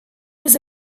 was